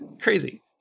Crazy